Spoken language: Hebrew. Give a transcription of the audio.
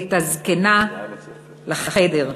את הזקנה לחדר,